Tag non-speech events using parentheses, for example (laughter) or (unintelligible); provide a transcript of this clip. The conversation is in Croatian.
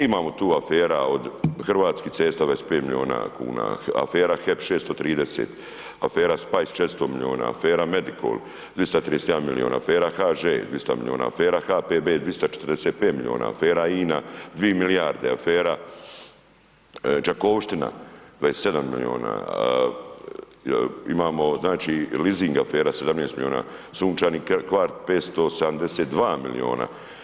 Imamo tu afera od hrvatskih cesta 25 milijuna kuna, afera HEP 630, afera … (unintelligible) 400 milijuna, afera Mediko 331 milijuna, afera HŽ 200 milijuna, afera HPB 245 milijuna, afera INA 2 milijarde, afera Đakovština 27 milijuna, imamo znači lizing afera 17 milijuna, sunčani Hvar 572 milijuna.